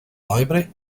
library